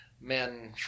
men